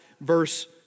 verse